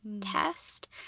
test